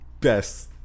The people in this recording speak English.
best